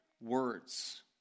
words